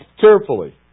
carefully